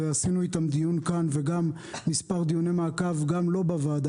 ועשינו איתם דיון כאן ומספר דיוני מעקב לא בוועדה